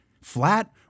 flat